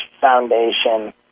foundation